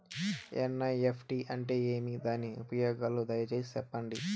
NEFT అంటే ఏమి? దాని ఉపయోగాలు దయసేసి సెప్పండి?